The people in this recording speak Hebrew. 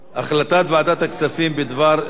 החלטת ועדת הכספים בדבר צו